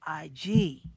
IG